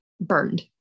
burned